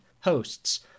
Hosts